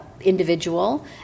individual